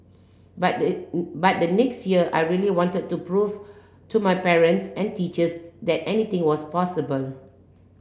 but the but the next year I really wanted to prove to my parents and teachers that anything was possible